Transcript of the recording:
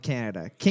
Canada